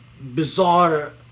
bizarre